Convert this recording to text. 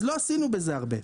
אז לא עשינו בזה הרבה.